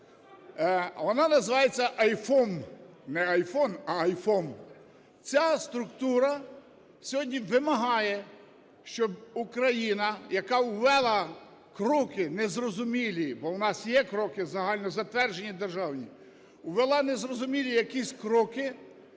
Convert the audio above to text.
вона називається IFOM, не iPhone, а IFOM. Ця структура сьогодні вимагає, щоб Україна, яка ввела "Кроки" незрозумілі, бо в нас є "Кроки", загальнозатверджені, державні, увела незрозумілі якісь "Кроки",